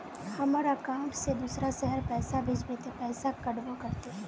हमर अकाउंट से दूसरा शहर पैसा भेजबे ते पैसा कटबो करते?